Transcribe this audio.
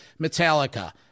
Metallica